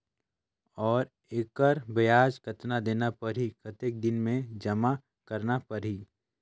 और एकर ब्याज कतना देना परही कतेक दिन मे जमा करना परही??